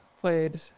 played